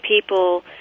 people